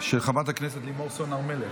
של חברת הכנסת לימור סון הר מלך.